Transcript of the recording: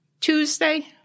Tuesday